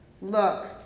Look